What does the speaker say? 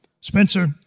Spencer